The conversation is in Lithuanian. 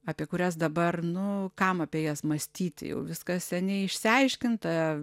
apie kurias dabar nu kam apie jas mąstyti jau viskas seniai išsiaiškinta